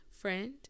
friend